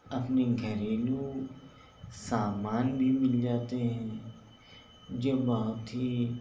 اپنے گھریلو سامان بھی مل جاتے ہیں جو بہت ہی